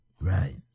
right